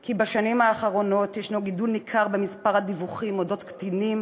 כי בשנים האחרונות יש גידול ניכר במספר הדיווחים על קטינים